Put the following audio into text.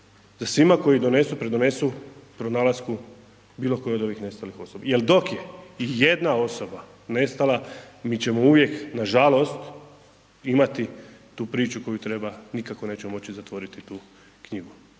da svima koji donesu, pridonesu pronalasku bilokoje od ovih nestalih osoba jer dok je jedna osoba nestala, mi ćemo uvijek nažalost imati tu priču koju nikako nećemo moći zatvoriti tu knjigu